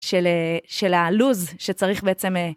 של הלוז שצריך בעצם...